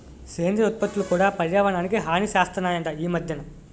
సేంద్రియ ఉత్పత్తులు కూడా పర్యావరణానికి హాని సేస్తనాయట ఈ మద్దెన